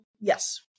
yes